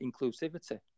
inclusivity